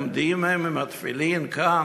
עומדים הם עם התפילין כאן,